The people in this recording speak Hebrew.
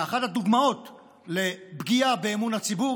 ואחת הדוגמאות לפגיעה באמון הציבור